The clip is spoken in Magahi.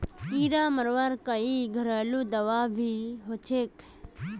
कीड़ा मरवार कोई घरेलू दाबा भी होचए?